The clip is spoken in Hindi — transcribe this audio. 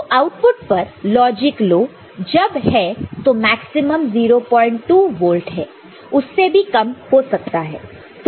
तो आउटपुट पर लॉजिक लो जब है तो मैक्सिमम 02 वोल्ट है उससे भी कम हो सकता है